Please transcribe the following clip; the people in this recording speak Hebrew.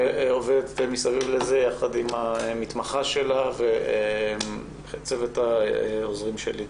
שעובדת מסביב לזה יחד עם המתמחה שלה וצוות העוזרים שלי.